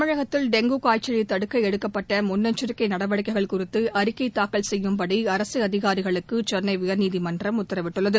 தமிழகத்தில் டெங்கு காய்ச்சலை தடுக்கப்பட்ட முன்னெச்சரிக்கை நடவடிக்கைகள் குறித்து அறிக்கை தாக்கல் செய்யும்படி அரசு அதிகாரிகளுக்கு சென்னை உயர்நீதிமன்றம் உத்தரவிட்டுள்ளது